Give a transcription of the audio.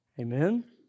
Amen